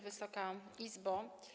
Wysoka Izbo!